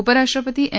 उपराष्ट्रपती एम